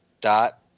dot